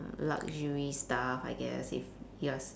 luxury stuff I guess if you're